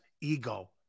ego